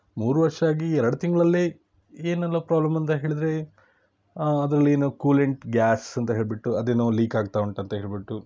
ಮೂರು ವರ್ಷ ಆಗಿ ಎರಡು ತಿಂಗಳಲ್ಲೇ ಏನೆಲ್ಲ ಪ್ರಾಬ್ಲಮ್ ಅಂತ ಹೇಳಿದರೆ ಅದ್ರಲ್ಲಿ ಏನೋ ಕೂಲೆಂಟ್ ಗ್ಯಾಸ್ ಅಂತ ಹೇಳಿಬಿಟ್ಟು ಅದೇನೋ ಲೀಕ್ ಆಗ್ತಾ ಉಂಟಂತ ಹೇಳಿಬಿಟ್ಟು